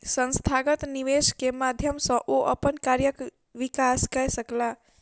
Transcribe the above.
संस्थागत निवेश के माध्यम सॅ ओ अपन कार्यक विकास कय सकला